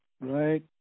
right